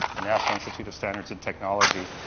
the national institute of standards and technology.